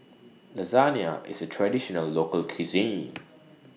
Lasagne IS A Traditional Local Cuisine